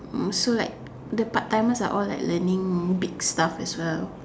so like the part timers are all like learning big stuff as well